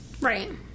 Right